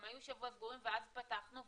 הם היו שבוע סגורים ואז פתחנו,